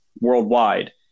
worldwide